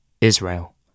Israel